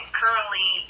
currently